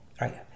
right